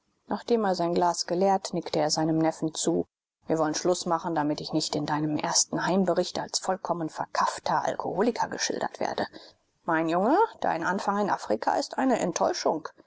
nachdem er sein glas geleert nickte er seinem neffen zu wir wollen schluß machen damit ich nicht in deinem ersten heimbericht als vollkommen verkafferter alkoholiker geschildert werde mein junge dein anfang in afrika ist eine enttäuschung